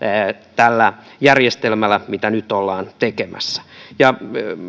tällä järjestelmällä mitä nyt ollaan tekemässä